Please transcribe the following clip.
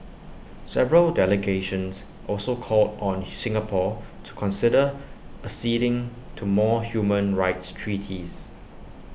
several delegations also called on Singapore to consider acceding to more human rights treaties